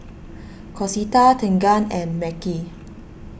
Concetta Tegan and Mekhi